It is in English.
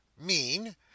Mean